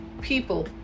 people